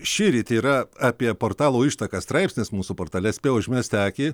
šįryt yra apie portalo ištakas straipsnis mūsų portale spėjau užmesti akį